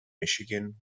michigan